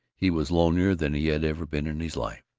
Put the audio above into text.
he was lonelier than he had ever been in his life.